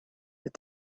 that